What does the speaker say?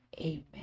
amen